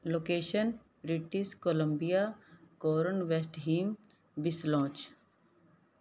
location British Columbia ਕੋਰਨਵੈਸਟਹੀਮ ਵਿਸਲੋਂਚ